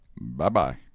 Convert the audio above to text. Bye-bye